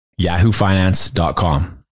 yahoofinance.com